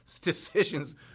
decisions